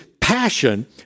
passion